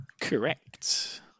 Correct